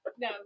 No